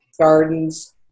gardens